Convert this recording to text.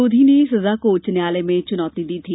लोधी ने इसे उच्च न्यायालय में चुनौती दी थी